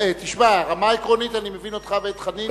תשמע, ברמה העקרונית, אני מבין אותך ואת חנין.